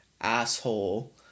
asshole